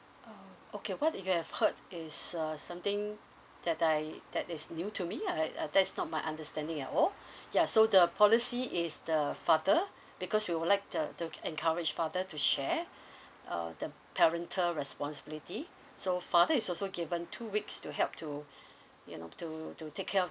uh okay what that you have heard is uh something that I that is new to me lah I uh that's not my understanding at all ya so the policy is the father because we would like uh to encourage father to share uh the parental responsibility so father is also given two weeks to help to you to to take care of